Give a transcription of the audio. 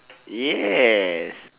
yes